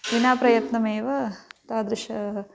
विना प्रयत्नमेव तादृशम्